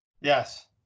Yes